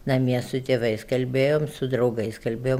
namie su tėvais kalbėjom su draugais kalbėjom